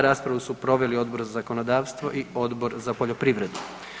Raspravu su proveli Odbor za zakonodavstvo i Odbor za poljoprivredu.